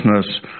business